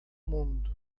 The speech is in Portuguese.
mundo